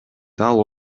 дал